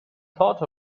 thought